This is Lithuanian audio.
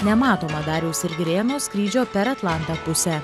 nematomą dariaus ir girėno skrydžio per atlantą pusę